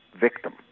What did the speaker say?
victim